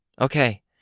Okay